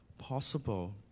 possible